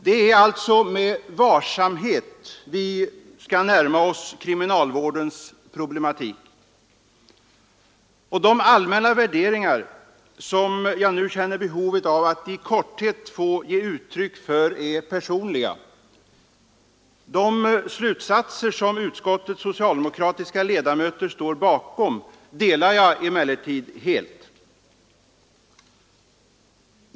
Det är alltså med varsamhet vi skall närma oss kriminalvårdens problematik. De allmänna värderingar som jag nu känner behov av att i korthet få ge uttryck för är personliga. De slutsatser som utskottets socialdemokratiska ledamöter står bakom delar jag emellertid helt.